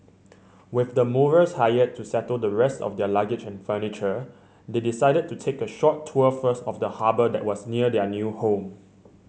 with the movers hired to settle the rest of their luggage and furniture they decided to take a short tour first of the harbour that was near their new home